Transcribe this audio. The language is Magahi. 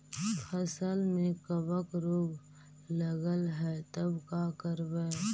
फसल में कबक रोग लगल है तब का करबै